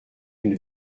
une